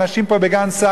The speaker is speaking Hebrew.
בגן-סאקר,